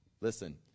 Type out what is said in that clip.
Listen